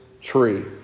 tree